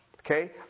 Okay